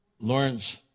Lawrence